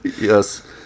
yes